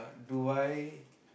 do I